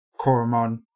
Koromon